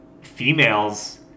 females